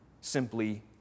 simply